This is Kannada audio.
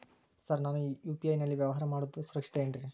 ಸರ್ ನಾನು ಯು.ಪಿ.ಐ ನಲ್ಲಿ ವ್ಯವಹಾರ ಮಾಡೋದು ಸುರಕ್ಷಿತ ಏನ್ರಿ?